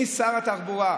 משר התחבורה,